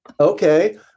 Okay